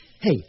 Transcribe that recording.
Hey